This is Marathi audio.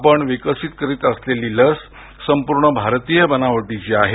आपण विकसित करत असलेली लस संपूर्ण भारतीय बनावटीची आहे